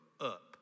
up